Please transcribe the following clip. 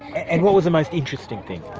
and what was the most interesting thing?